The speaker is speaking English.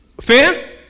Fair